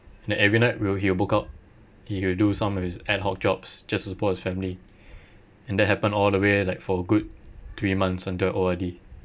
and then every night will he'll book out he will do some of his ad hoc jobs just to support his family and that happened all the way like for a good three months until O_R_D